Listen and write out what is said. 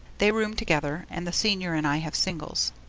they room together and the senior and i have singles.